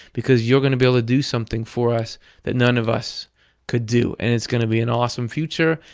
because you're going to be able to do something for us that none of us could do. and it's going to be an awesome future,